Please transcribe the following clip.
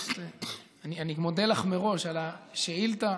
אני מודה לך מראש על השאילתה,